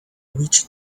reached